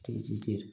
स्टेजीचेर